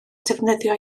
defnyddio